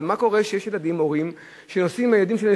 אבל מה קורה כשיש הורים שנוסעים עם הילדים שלהם,